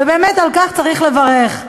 ובאמת על כך צריך לברך.